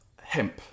hemp